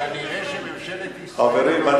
חברים,